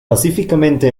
pacíficamente